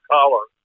Collar